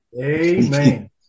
Amen